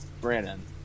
Brandon